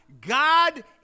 God